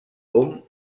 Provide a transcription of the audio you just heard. hom